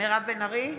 מירב בן ארי,